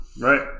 Right